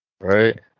Right